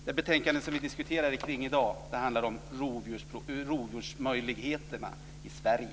Det betänkande vi diskuterar i dag handlar om rovdjursmöjligheterna i Sverige.